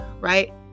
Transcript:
right